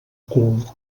cul